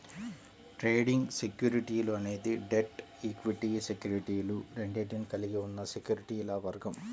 trading సెక్యూరిటీలు అనేది debt, equity సెక్యూరిటీలు రెండింటినీ కలిగి ఉన్న సెక్యూరిటీల వర్గం